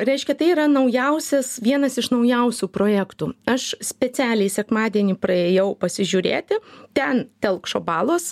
reiškia tai yra naujausias vienas iš naujausių projektų aš specialiai sekmadienį praėjau pasižiūrėti ten telkšo balos